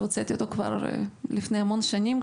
שהוצאתי אותו כבר לפני המון שנים,